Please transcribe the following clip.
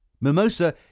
MIMOSA